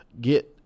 get